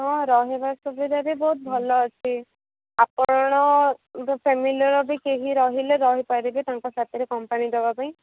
ହଁ ରହିବା ସୁବିଧା ବି ବହୁତ ଭଲ ଅଛି ଆପଣ ଫ୍ୟାମିଲିର ବି କେହି ରହିଲେ ରହି ପାରିବେ ତାଙ୍କ ସାଥିରେ କମ୍ପାନୀ ଦେବା ପାଇଁ